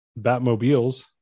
Batmobiles